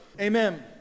amen